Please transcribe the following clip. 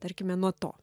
tarkime nuo to